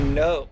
no